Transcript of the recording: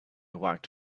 walked